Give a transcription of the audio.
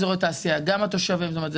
לסיכון,